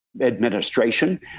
administration